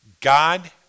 God